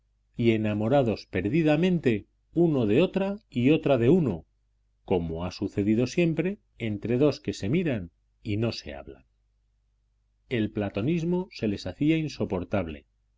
y enamorados perdidamente uno de otra y otra de uno como ha sucedido siempre entre dos que se miran y no se hablan el platonismo se les hacía insoportable